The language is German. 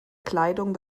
kleidung